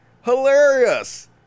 hilarious